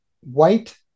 white